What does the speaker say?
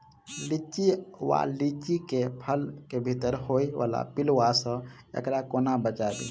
लिच्ची वा लीची केँ फल केँ भीतर होइ वला पिलुआ सऽ एकरा कोना बचाबी?